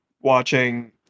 watching